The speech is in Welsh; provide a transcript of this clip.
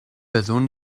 byddwn